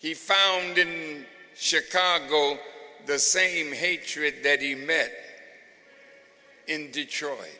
he founded chicago the same hatred that he met in detroit